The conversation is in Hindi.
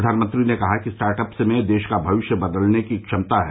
प्रधानमंत्री ने कहा है कि स्टार्टअप्स में देश का भविष्य बदलने की क्षमता है